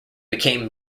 became